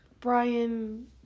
Brian